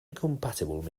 incompatible